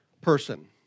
person